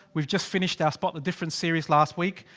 we've just finished our spot the difference series last week.